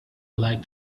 like